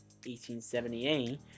1878